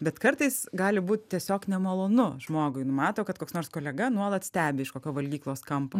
bet kartais gali būt tiesiog nemalonu žmogui nu mato kad koks nors kolega nuolat stebi iš kokio valgyklos kampo